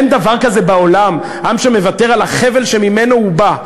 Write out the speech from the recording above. אין דבר כזה בעולם עם שמוותר על החבל שממנו הוא בא.